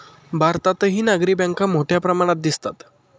भारतातही नागरी बँका मोठ्या प्रमाणात दिसतात